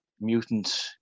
mutant